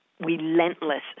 relentless